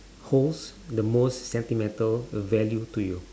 holds the most sentimental value to you